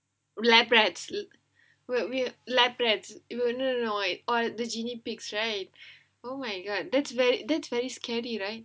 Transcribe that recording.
laboratory rat we we laboratory rat no no no no oh the guinea pigs right oh my god that's very that's very scary right